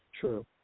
True